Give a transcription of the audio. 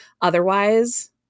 Otherwise